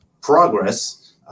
progress